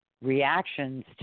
reactions